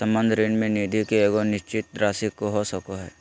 संबंध ऋण में निधि के एगो निश्चित राशि हो सको हइ